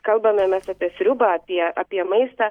kalbame mes apie sriubą apie apie maistą